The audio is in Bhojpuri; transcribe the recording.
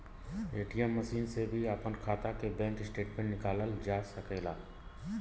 ए.टी.एम मसीन से भी अपने खाता के बैंक स्टेटमेंट निकालल जा सकेला